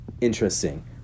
interesting